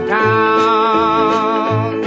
town